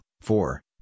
four